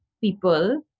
people